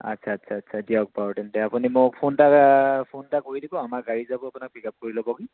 আচ্ছা আচ্ছা আচ্ছা দিয়ক বাৰু তেন্তে আপুনি মোক ফোন এটা ফোন এটা কৰি দিব আমাৰ গাড়ী যাব আপোনাক পিক আপ কৰি ল'বহি